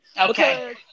Okay